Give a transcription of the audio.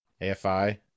AFI